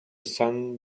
sun